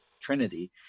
Trinity